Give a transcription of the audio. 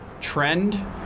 trend